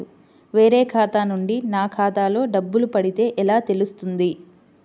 వేరే ఖాతా నుండి నా ఖాతాలో డబ్బులు పడితే ఎలా తెలుస్తుంది?